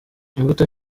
imbuto